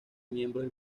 miembros